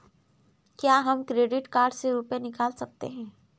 क्या हम credit card से रुपये निकाल सकते हैं?